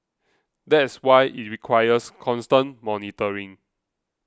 that's why it requires constant monitoring